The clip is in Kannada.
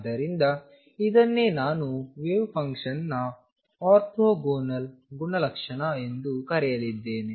ಆದ್ದರಿಂದ ಇದನ್ನೇ ನಾನು ವೇವ್ ಫಂಕ್ಷನ್ನ ಆರ್ಥೋಗೋನಲ್ ಗುಣಲಕ್ಷಣ ಎಂದು ಕರೆಯಲಿದ್ದೇನೆ